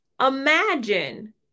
imagine